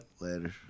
Later